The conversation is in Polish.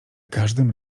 każdym